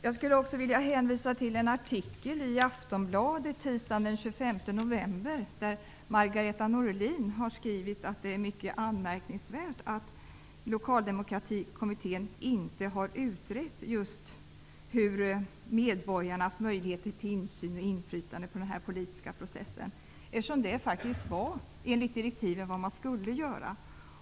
Jag vill också hänvisa till en artikel i Aftonbladet nyligen där Margareta Norlin skriver att det är anmärkningsvärt att Lokaldemokratikommittén inte har utrett just medborgarnas möjligheter till insyn och inflytande i den politiska processen, eftersom det faktiskt var just detta man enligt direktiven skulle göra.